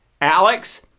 Alex